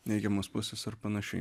neigiamos pusės ar panašiai